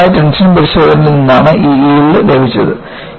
ലളിതമായ ടെൻഷൻ പരിശോധനയിൽ നിന്നാണ് ഈ യീൽഡ് ലഭിച്ചത്